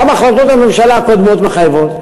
גם החלטות הממשלה הקודמות מחייבות,